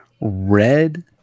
Red